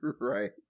Right